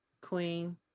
Queen